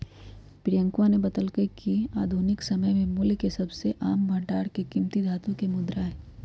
प्रियंकवा ने बतल्ल कय कि आधुनिक समय में मूल्य के सबसे आम भंडार एक कीमती धातु के मुद्रा हई